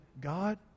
god